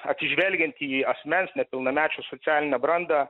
atsižvelgiant į asmens nepilnamečių socialinę brandą